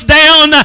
down